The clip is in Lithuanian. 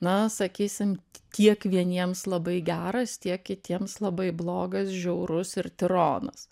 na sakysim tiek vieniems labai geras tiek kitiems labai blogas žiaurus ir tironas